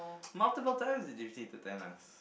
multiple times did you said to tell us